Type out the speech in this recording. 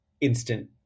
instant